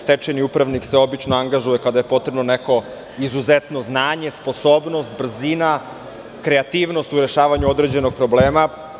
Stečajni upravnik se obično angažuje kada je potrebno izuzetno znanje, sposobnost, brzina, kreativnost u rešavanju određenog problema.